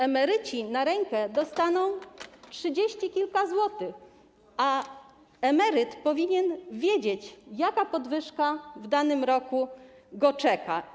Emeryci na rękę dostaną 30 kilka złotych, a emeryt powinien wiedzieć, jaka podwyżka w danym roku go czeka.